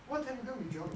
what telegram you join